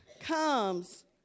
comes